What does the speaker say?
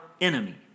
enemy